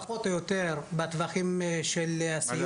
זה פחות או יותר בטווחים של הסיוע.